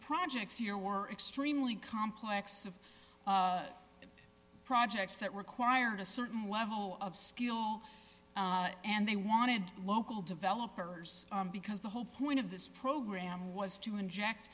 projects here were extremely complex of projects that required a certain level of skill and they wanted local developers because the whole point of this program was to inject